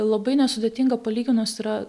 labai nesudėtinga palyginus yra